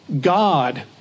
God